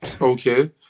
okay